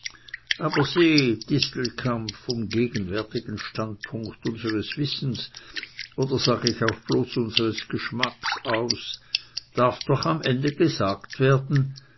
aber sieh distelkamp vom gegenwärtigen standpunkt unseres wissens oder sag ich auch bloß unseres geschmacks aus darf doch am ende gesagt werden